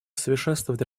совершенствовать